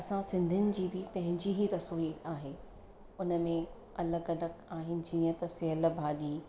असां सिंधियुनि जी बि पंहिंजी ई रसोई आहे उन में अलॻि अलॻि आहिनि जीअं त सियल भाॼी